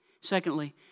Secondly